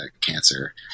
cancer